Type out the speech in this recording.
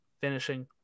finishing